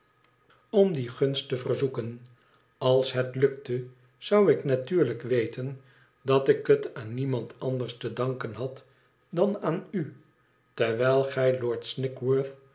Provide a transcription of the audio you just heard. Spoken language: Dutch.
om die gunst te verzoeken als het lukte zou ik natuurlijk weten dat ik het aan niemand anders te danken had dan aan u terwijl gij lord